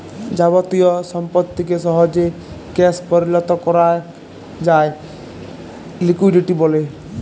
যাবতীয় সম্পত্তিকে সহজে ক্যাশ পরিলত করাক যায় লিকুইডিটি ব্যলে